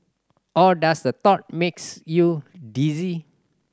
or does the thought makes you dizzy